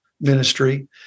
ministry